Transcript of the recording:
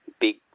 big